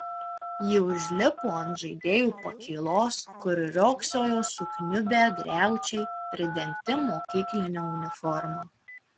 ji užlipo ant žaidėjų pakylos kur riogsojo sukniubę griaučiai pridengti mokykline uniforma